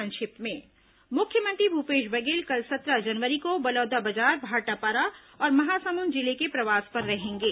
संक्षिप्त समाचार मुख्यमंत्री भूपेश बघेल कल सत्रह जनवरी को बलौदाबाजार भाटापारा और महासमुंद जिले के प्रवास पर रहेंगे